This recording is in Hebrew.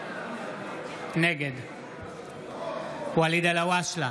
נגד ואליד אלהואשלה,